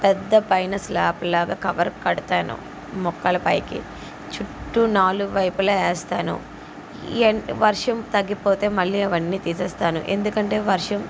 పెద్ద పైన స్లాబ్లాగా కవరు కడతాను మొక్కలు పైకి చుట్టూ నాలుగు వైపులా వేస్తాను ఎండ వర్షం తగ్గిపోతే మళ్ళీ అవన్నీ తీసేస్తాను ఎందుకంటే వర్షం